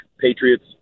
Patriots